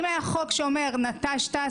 אם היה חוק שאומר נטשת,